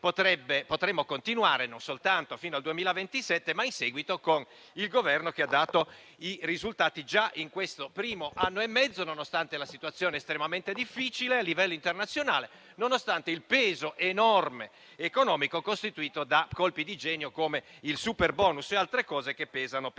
potremmo continuare non soltanto fino al 2027, ma anche in seguito con il Governo che ha dato risultati già in questo primo anno e mezzo, nonostante la situazione estremamente difficile a livello internazionale e nonostante l'enorme peso economico costituito da colpi di genio come il superbonus e altri che peseranno